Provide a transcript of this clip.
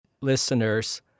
listeners